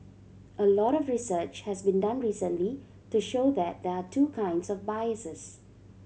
a lot of research has been done recently to show that there are two kinds of biases